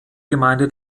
gemeinde